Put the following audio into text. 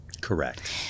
Correct